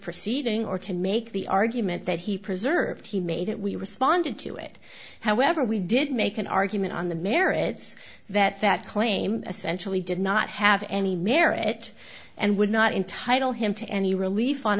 proceeding or to make the argument that he preserved he made it we responded to it however we did make an argument on the merits that that claim essentially did not have any merit and would not entitle him to any relief on